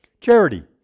Charity